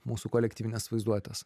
mūsų kolektyvinės vaizduotės